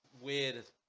weird